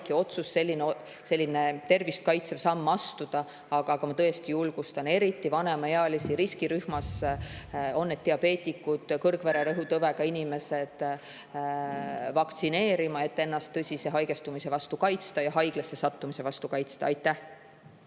otsus selline tervist kaitsev samm astuda. Aga ma tõesti julgustan eriti vanemaealisi riskirühmas, näiteks diabeetikuid ja kõrgvererõhktõvega inimesi, vaktsineerima, et ennast tõsise haigestumise vastu kaitsta, ka haiglasse sattumise vastu kaitsta. Aitäh!